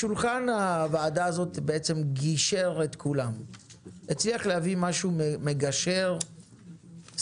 שולחן הוועדה הזאת בעצם גישר בין כולם והצליח להביא משהו מגשר וסביר.